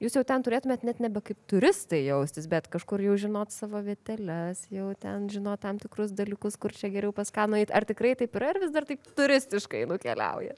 jūs jau ten turėtumėt net nebe kaip turistai jaustis bet kažkur jau žinot savo vieteles jau ten žinot tam tikrus dalykus kur čia geriau pas ką nueit ar tikrai taip yra ar vis dar taip turistiškai nukeliaujat